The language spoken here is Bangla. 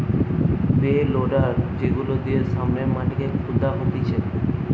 পে লোডার যেগুলা দিয়ে সামনের মাটিকে খুদা হতিছে